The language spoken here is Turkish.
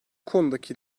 konudaki